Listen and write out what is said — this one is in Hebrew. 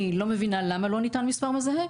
אני לא מבינה למה לא ניתן מסמך מזהה,